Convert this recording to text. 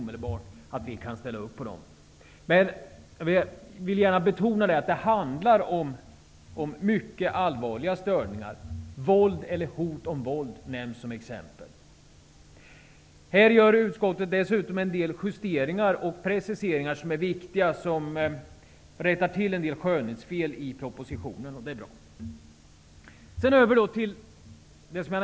Men jag vill betona att det handlar om mycket allvarliga störningar; våld eller hot om våld nämns som exempel. Utskottet gör en del justeringar och preciseringar som rättar till en del skönhetsfel i propositionen. Det är bra.